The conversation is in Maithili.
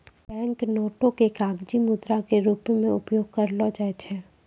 बैंक नोटो के कागजी मुद्रा के रूपो मे उपयोग करलो जाय छै